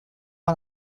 man